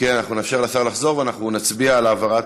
לוועדת